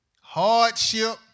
Hardship